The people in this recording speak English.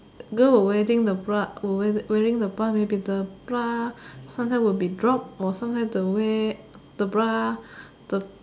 girl would wearing the bra would wear wearing the bra maybe the bra sometime will be drop or sometime the wear the bra the